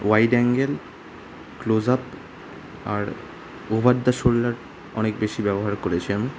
wide angle close up আর over the shoulder অনেক বেশি ব্যবহার করেছি আমি